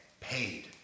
paid